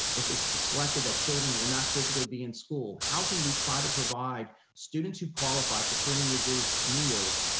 if it's selected that children will not physically be in school how can we try to provide students who qualify for free and reduced meals,